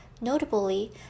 Notably